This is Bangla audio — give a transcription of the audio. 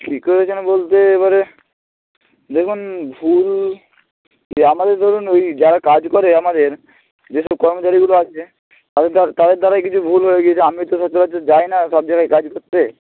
ঠিক হবে কি না বলতে এবারে দেখুন ভুল আমাদের ধরুন ওই যারা কাজ করে আমাদের যেসব কর্মচারীগুলো আছে তাদের দ্বারাই কিছু ভুল হয়ে গেছে আমি তো সচরাচর যাই না ওসব জায়গায় কাজ করতে